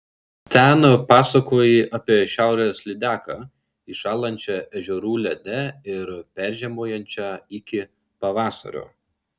ten pasakojai apie šiaurės lydeką įšąlančią ežerų lede ir peržiemojančią iki pavasario